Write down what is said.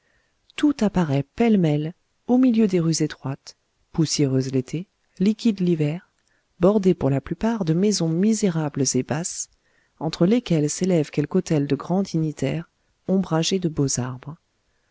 tout apparaît pêle-mêle au milieu des rues étroites poussiéreuses l'été liquides l'hiver bordées pour la plupart de maisons misérables et basses entre lesquelles s'élève quelque hôtel de grand dignitaire ombragé de beaux arbres